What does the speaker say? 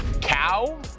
cow